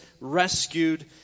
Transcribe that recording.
rescued